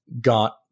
got